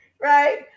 right